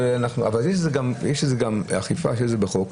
אבל יש על זה גם אכיפה בחוק.